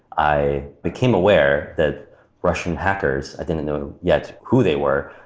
i became aware that russian hackers i didn't know yet who they were,